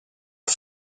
are